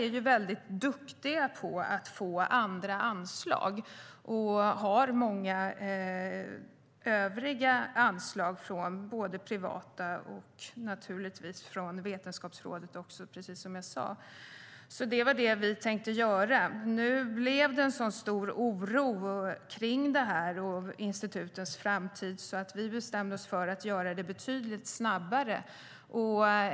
Instituten är duktiga på att få andra anslag och har många övriga anslag från både privata givare och från Vetenskapsrådet. Det var alltså det vi tänkte göra. Nu blev det sådan stor oro för detta och för institutens framtid att vi bestämde oss för att göra det betydligt snabbare.